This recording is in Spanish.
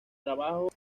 trabajo